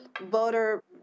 voter